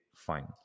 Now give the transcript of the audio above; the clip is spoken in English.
fine